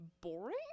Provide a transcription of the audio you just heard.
boring